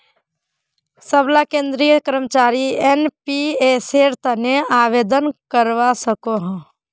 सबला केंद्रीय कर्मचारी एनपीएसेर तने आवेदन करवा सकोह